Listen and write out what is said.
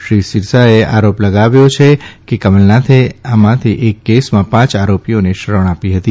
શ્રી સિરસાએ આરો લગાવ્યો છે કે કલમનાથે આ માંથી એક કેસમાં ાંચ આરો ીઓને શરણ આ ી હતી